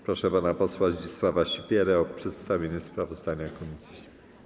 Proszę pana posła Zdzisława Sipierę o przedstawienie sprawozdania komisji.